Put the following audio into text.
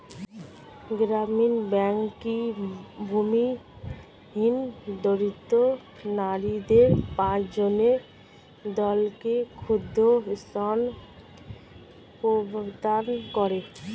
গ্রামীণ ব্যাংক কি ভূমিহীন দরিদ্র নারীদের পাঁচজনের দলকে ক্ষুদ্রঋণ প্রদান করে?